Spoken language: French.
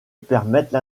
permettent